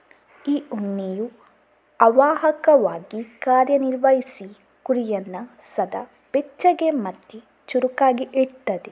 ಈ ಉಣ್ಣೆಯು ಅವಾಹಕವಾಗಿ ಕಾರ್ಯ ನಿರ್ವಹಿಸಿ ಕುರಿಯನ್ನ ಸದಾ ಬೆಚ್ಚಗೆ ಮತ್ತೆ ಚುರುಕಾಗಿ ಇಡ್ತದೆ